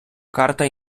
карта